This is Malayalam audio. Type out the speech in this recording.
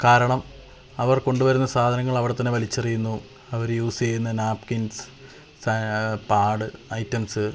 കാരണം അവര് കൊണ്ടുവരുന്ന സാധനങ്ങള് അവിടെത്തന്നെ വലിച്ചെറിയുന്നു അവർ യൂസ് ചെയ്യുന്ന നാപ്കിന്സ് പാഡ് ഐറ്റംസ്